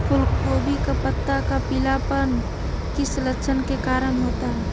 फूलगोभी का पत्ता का पीलापन किस लक्षण के कारण होता है?